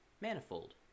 manifold